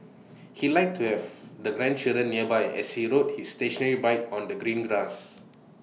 he liked to have the grandchildren nearby as he rode his stationary bike on the green grass